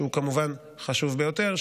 שהוא כמובן חשוב ביותר,